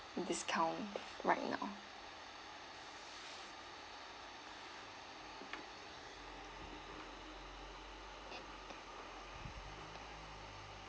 discount right now